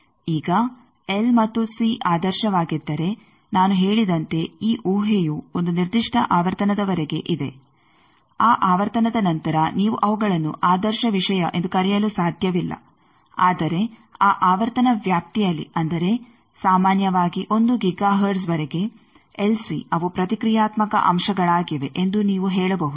ಈಗ ಎಲ್ ಮತ್ತು ಸಿ ಆದರ್ಶವಾಗಿದ್ದರೆ ನಾನು ಹೇಳಿದಂತೆ ಈ ಊಹೆಯು ಒಂದು ನಿರ್ದಿಷ್ಟ ಆವರ್ತನದವರೆಗೆ ಇದೆ ಆ ಆವರ್ತನದ ನಂತರ ನೀವು ಅವುಗಳನ್ನು ಆದರ್ಶ ವಿಷಯ ಎಂದು ಕರೆಯಲು ಸಾಧ್ಯವಿಲ್ಲ ಆದರೆ ಆ ಆವರ್ತನ ವ್ಯಾಪ್ತಿಯಲ್ಲಿ ಅಂದರೆ ಸಾಮಾನ್ಯವಾಗಿ 1 ಗಿಗಾ ಹರ್ಟ್ಜ್ವರೆಗೆ ಎಲ್ಸಿ ಅವು ಪ್ರತಿಕ್ರಿಯಾತ್ಮಕ ಅಂಶಗಳಾಗಿವೆ ಎಂದು ನೀವು ಹೇಳಬಹುದು